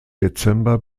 dezember